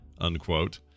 unquote